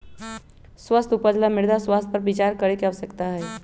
स्वस्थ उपज ला मृदा स्वास्थ्य पर विचार करे के आवश्यकता हई